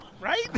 Right